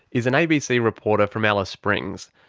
is an abc reporter from alice springs,